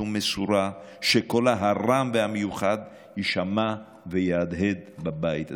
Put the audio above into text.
ומסורה שקולה הרם יישמע ויהדהד בבית הזה.